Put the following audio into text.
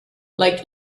like